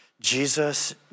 Jesus